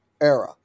era